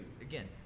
again